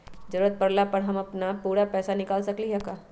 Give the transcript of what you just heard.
जरूरत परला पर हम अपन पूरा पैसा निकाल सकली ह का?